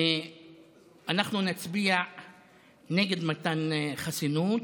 אנחנו נצביע נגד מתן חסינות,